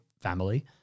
family